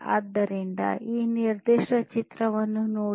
ಆದ್ದರಿಂದ ಈ ನಿರ್ದಿಷ್ಟ ಚಿತ್ರವನ್ನು ನೋಡಿ